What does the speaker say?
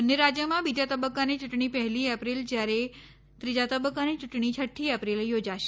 બંન્ને રાજ્યોમાં બીજા તબક્કાની ચૂંટણી પહેલી એપ્રિલ જ્યારે ત્રીજા તબક્કાની ચૂંટણી છઠ્ઠી એપ્રિલે યોજાશે